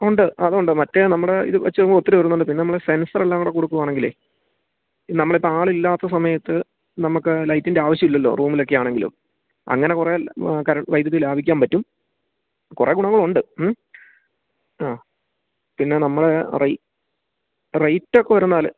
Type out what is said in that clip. ഉണ്ട് അതുണ്ട് മറ്റെ നമ്മുടെ ഇതുവച്ച് ഒത്തിരിവരുന്നുണ്ട് പിന്നെ നമ്മള് സെൻസറെല്ലാം കൂടെ കൊടുക്കുകയാണെങ്കിലേ നമ്മളിപ്പോള് ആളില്ലാത്ത സമയത്ത് നമുക്ക് ലൈറ്റിൻ്റെ ആവശ്യമില്ലല്ലോ റൂമിലൊക്കെയാണെങ്കിലും അങ്ങനെ കുറേ വൈദ്യുതി ലാഭിക്കാന് പറ്റും കുറേ ഗുണങ്ങളുണ്ട് മ്മ് ആ പിന്നെ നമ്മുടെ റേറ്റോക്കെ വരുന്നാല്